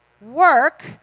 work